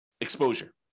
exposure